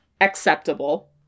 Acceptable